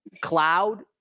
Cloud